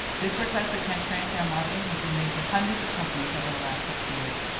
this request for transparency on lobbying has been made to hundreds of companies over the last six years.